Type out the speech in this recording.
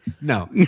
No